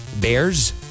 bears